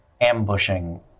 ambushing